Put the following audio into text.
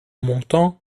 montant